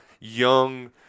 young –